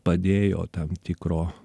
padėjo tam tikro